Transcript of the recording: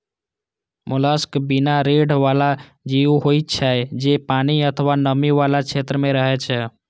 mollusc बिना रीढ़ बला जीव होइ छै, जे पानि अथवा नमी बला क्षेत्र मे रहै छै